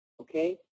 okay